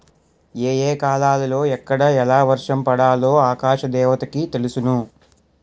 ఏ ఏ కాలాలలో ఎక్కడ ఎలా వర్షం పడాలో ఆకాశ దేవతకి తెలుసును